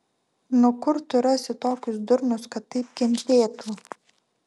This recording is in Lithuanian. nu kur tu rasi tokius durnius kad taip kentėtų